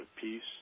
peace